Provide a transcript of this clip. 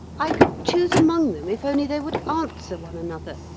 i could choose among them if only they would answer one another.